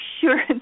sure